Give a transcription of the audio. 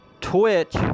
Twitch